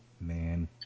man